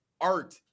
art